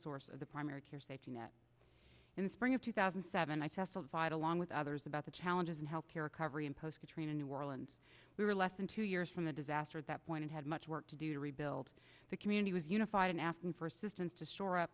source of the primary care safety net in the spring of two thousand and seven i testified along with others about the challenges in health care coverage in post katrina new orleans we were less than two years from the disaster at that point and had much work to do to rebuild the community was unified in asking for assistance to shore up